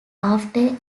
after